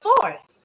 fourth